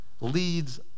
leads